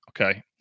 Okay